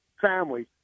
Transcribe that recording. family